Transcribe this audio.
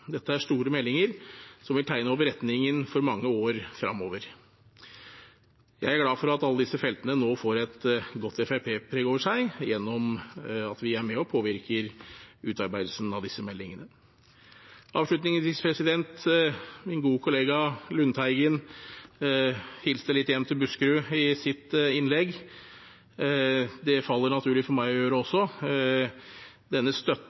Dette er store meldinger som vil tegne opp retningen for mange år fremover. Jeg er glad for at alle disse feltene nå får et godt Fremskrittsparti-preg over seg, ved at vi er med og påvirker utarbeidelsen av disse meldingene. Avslutningsvis: Min gode kollega Lundteigen hilste litt hjem til Buskerud i sitt innlegg. Det faller det naturlig for meg å gjøre også. Støtten